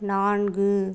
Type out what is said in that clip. நான்கு